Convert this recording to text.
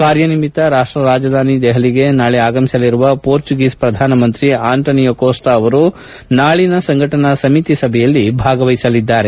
ಕಾರ್ಯನಿಮಿತ್ತ ರಾಷ್ಷ ರಾಜಧಾನಿ ದೆಹಲಿಗೆ ನಾಳೆ ಆಗಮಿಸಲಿರುವ ಮೋರ್ಚುಗೀಸ್ ಪ್ರಧಾನ ಮಂತ್ರಿ ಅಂಟಾನಿಯೋ ಕೋಸ್ಟಾ ಅವರು ನಾಳಿನ ಸಂಘಟನಾ ಸಮಿತಿ ಸಭೆಯಲ್ಲಿ ಭಾಗವಹಿಸಲಿದ್ದಾರೆ